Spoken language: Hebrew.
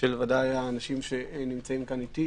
של האנשים שנמצאים כאן איתי